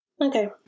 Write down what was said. Okay